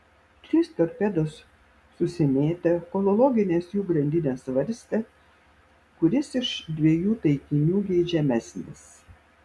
trys torpedos susimėtė kol loginės jų grandinės svarstė kuris iš dviejų taikinių geidžiamesnis